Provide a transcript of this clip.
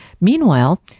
Meanwhile